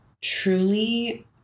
truly